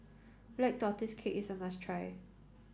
black tortoise cake is a must try